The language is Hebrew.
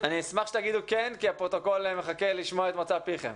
אשמח שתגידו כן כי הפרוטוקול מחכה לשמוע את מוצא פיכם.